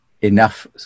enough